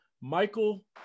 Michael